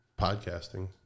podcasting